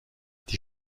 die